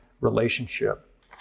relationship